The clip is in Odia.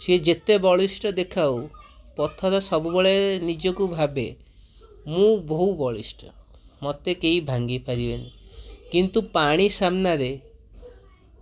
ସିଏ ଯେତେ ବଳିଷ୍ଠ ଦେଖାଉ ପଥର ସବୁବେଳେ ନିଜକୁ ଭାବେ ମୁଁ ବହୁ ବଳିଷ୍ଠ ମୋତେ କେହି ଭାଙ୍ଗି ପାରିବେନି କିନ୍ତୁ ପାଣି ସାମ୍ନାରେ